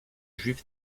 juifs